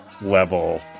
level